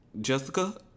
Jessica